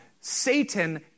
Satan